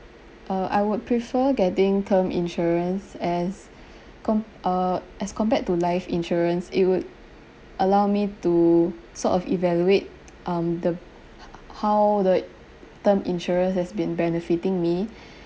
uh I would prefer getting term insurance as com~ uh as compared to life insurance it would allow me to sort of evaluate um the h~ h~ how the term insurance has been benefiting me